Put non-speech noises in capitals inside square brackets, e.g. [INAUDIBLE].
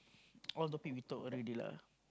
[NOISE] all topic we talk already lah